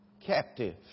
captive